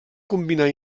combinar